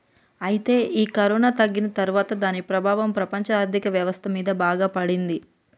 అయితే ఈ కరోనా తగ్గిన తర్వాత దాని ప్రభావం ప్రపంచ ఆర్థిక వ్యవస్థ మీద బాగా పడింది